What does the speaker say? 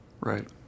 Right